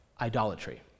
idolatry